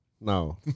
No